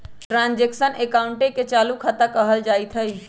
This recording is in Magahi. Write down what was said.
ट्रांजैक्शन अकाउंटे के चालू खता कहल जाइत हइ